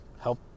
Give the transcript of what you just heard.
Help